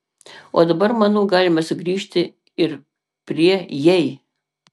o dabar manau galime sugrįžti ir prie jei